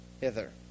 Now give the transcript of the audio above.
hither